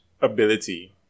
ability